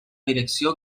direcció